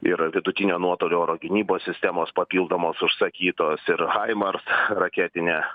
ir vidutinio nuotolio oro gynybos sistemos papildomos užsakytos ir haimars raketinė